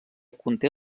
conté